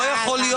לא יכול להיות.